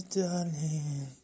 darling